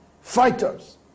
fighters